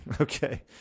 okay